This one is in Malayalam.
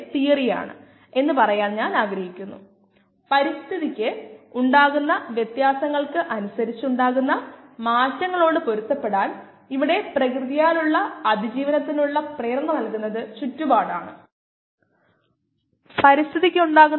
00110 3 അതിനാൽ xv 0 xv അതിനെ നമ്മൾ തിരിച്ചാൽ അത് 110 പവർ മൈനസ് 3 അല്ലെങ്കിൽ 10 പവർ 3 ആയിരിക്കും